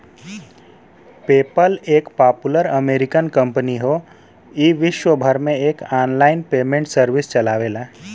PayPal एक popular American company हौ ई विश्वभर में एक आनलाइन पेमेंट सर्विस चलावेला